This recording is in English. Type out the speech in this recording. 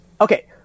okay